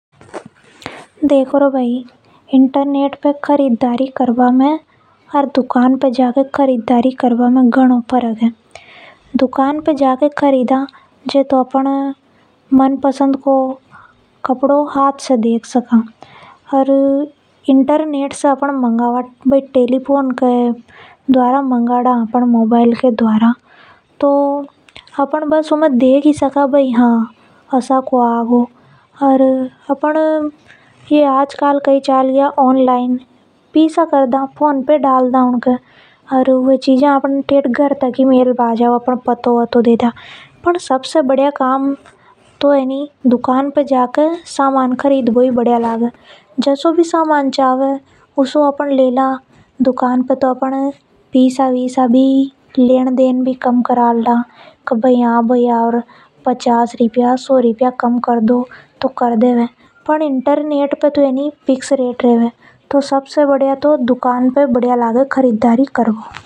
इंटरनेट पे खरीददारी करभा में और दुकान पे जाके खरीदारी करभा में घनों ज़्यादा फर्क है। दुकान पे जाके खरीदा जे तो अपन अपनो मनपसंद कपड़ो हाथ से देख सका। और इंटरनेट पर ऐसे नि दिख सके। आज काल तो ये फोन पे चल गया जो पीसा डाल दा और खरीददारी करा। और अपने घर पर ही सामान आ जावे। पर सबसे बढ़िया काम तो दुकान पे जाकर सामान खरीद बो ही है। अपन कैसा भी समान खरीद ला ओर पैसे भी कम करवा ला।